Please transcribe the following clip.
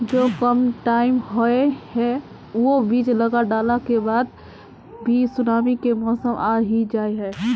जो कम टाइम होये है वो बीज लगा डाला के बाद भी सुनामी के मौसम आ ही जाय है?